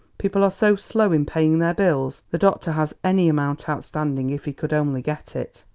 people are so slow in paying their bills. the doctor has any amount outstanding if he could only get it.